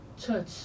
church